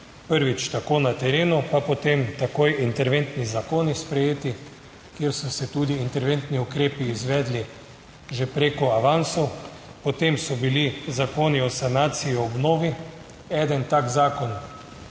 prvič tako na terenu, pa potem takoj interventni zakoni sprejeti, kjer so se tudi interventni ukrepi izvedli že preko avansov. Potem so bili zakoni o sanaciji, o obnovi, eden tak zakon